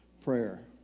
prayer